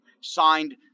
signed